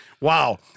Wow